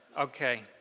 okay